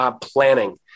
planning